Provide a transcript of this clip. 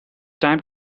time